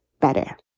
better